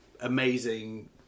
amazing